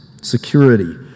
Security